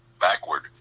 backward